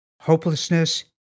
hopelessness